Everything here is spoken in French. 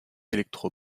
électro